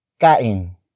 Kain